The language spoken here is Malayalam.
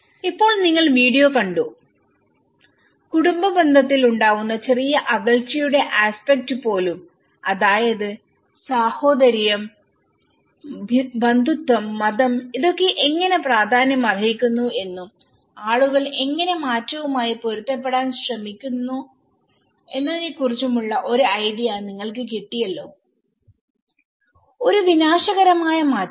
ഇപ്പോൾ നിങ്ങൾ വീഡിയോ കണ്ടുകുടുംബ ബന്ധത്തിൽ ഉണ്ടാവുന്ന ചെറിയ അകൽച്ചയുടെ ആസ്പെക്ട് പോലും അതായത് സാഹോദര്യം ബന്ധുത്വം മതം ഇതൊക്കെ എങ്ങനെ പ്രാധാന്യമർഹിക്കുന്നു എന്നും ആളുകൾ എങ്ങനെ മാറ്റവുമായി പൊരുത്തപ്പെടാൻ തുടങ്ങി എന്നതിനെക്കുറിച്ചും ഉള്ള ഒരു ഐഡിയ നിങ്ങൾക്ക് കിട്ടിയല്ലോഒരു വിനാശകരമായ മാറ്റം